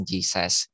Jesus